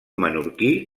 menorquí